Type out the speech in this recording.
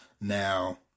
Now